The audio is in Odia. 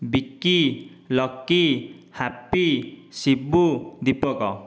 ବିକି ଲକି ହାପି ଶିବୁ ଦୀପକ